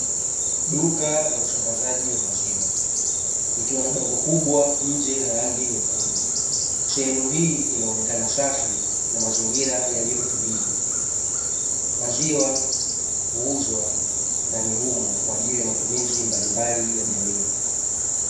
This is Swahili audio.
Duka la usambazaji wa maziwa likiwa na bango kubwa nje la rangi nyekundu. Sehemu hii inaonekana safi na mazingira yaliyo tulivu. Maziwa huuzwa ndani humo, kwa ajili ya matumizi mbalimbali ya jamii.